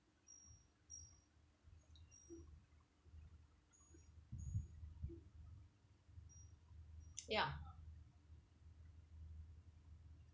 ya